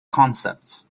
concepts